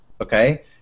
okay